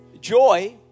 Joy